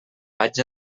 vaig